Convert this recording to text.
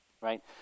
right